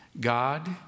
God